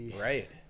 Right